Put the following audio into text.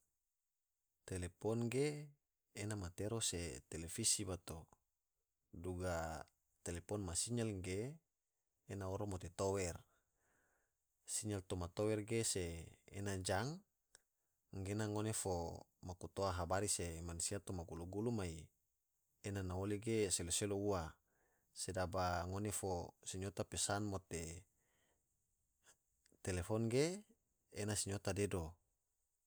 Telepon ge ena matero se televisi bato, duga telepon ma sinyal ge ena oro mote tower, sinyal toma tower ge se ena jang gena ngone fo maku toa habari se mansia toma gulu-gulu mai ena na oli ge selo-selo ua, sedaba ngone fo siyota pesan mote televon ge ena sinyota dedo.